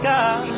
God